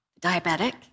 Diabetic